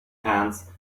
hands